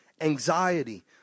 anxiety